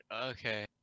okay